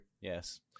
Yes